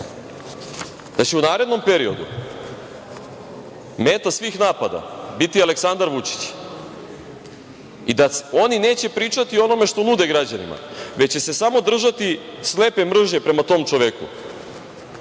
da će u narednom periodu meta svih napada biti Aleksandar Vučić i da oni neće pričati o onome što nude građanima, već se samo držati slepe mržnje prema tom čoveku,